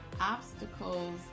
Obstacles